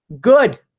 Good